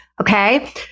Okay